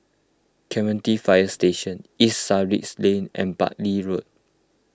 Clementi Fire Station East Sussex Lane and Buckley Road